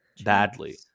badly